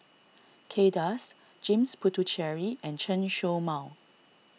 Kay Das James Puthucheary and Chen Show Mao